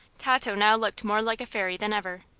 tato now looked more like a fairy than ever.